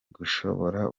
gushobora